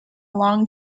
long